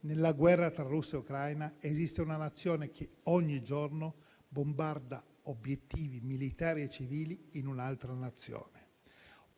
nella guerra tra Russia e Ucraina esiste una Nazione che ogni giorno bombarda obiettivi militari e civili in un'altra Nazione;